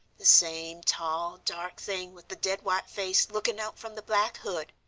the same tall, dark thing with the dead-white face looking out from the black hood.